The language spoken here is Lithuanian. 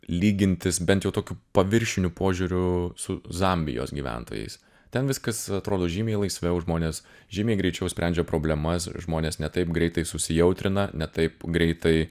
lygintis bent jau tokiu paviršiniu požiūriu su zambijos gyventojais ten viskas atrodo žymiai laisviau žmonės žymiai greičiau sprendžia problemas žmonės ne taip greitai susijautrina ne taip greitai